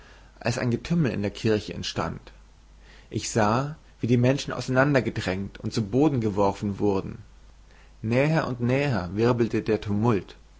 als ein getümmel in der kirche entstand ich sah wie die menschen auseinandergedrängt und zu boden geworfen wurden näher und näher wirbelte der tumult